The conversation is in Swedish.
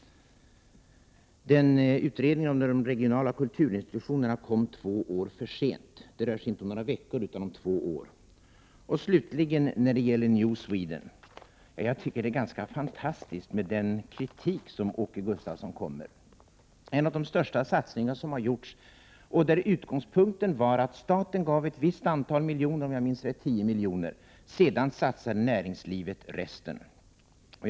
Utredningen om de regionala kulturinstitutionerna kom två år för sent. Det rör sig inte om några veckor utan om två år. Slutligen när det gäller New Sweden. Jag tycker att Åke Gustavssons kritik är ganska fantastisk. Det gäller en av de största satsningar som har gjorts. Utgångspunkten var att staten gav ett visst antal miljoner — om jag minns rätt 10 milj.kr. — varefter näringslivet satsade resten.